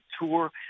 tour